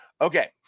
okay